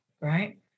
right